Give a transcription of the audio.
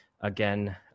Again